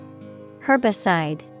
Herbicide